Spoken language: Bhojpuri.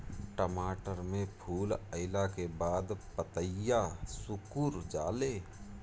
टमाटर में फूल अईला के बाद पतईया सुकुर जाले?